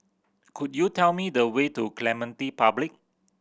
could you tell me the way to Clementi Public